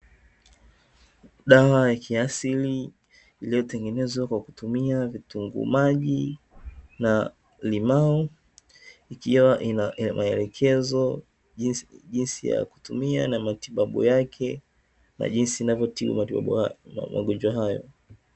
Dawa ya kiasili iliyotengenezwa kwa kutumia kitunguu maji na limao ikiwa na maelekezo jinsi ya kutumia na matibabu yake na jinsi inavotibu magonjwa hayo.